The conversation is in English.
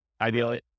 ideally